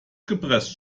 gepresst